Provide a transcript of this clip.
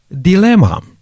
dilemma